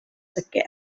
sicr